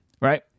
right